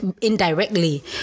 Indirectly